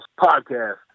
podcast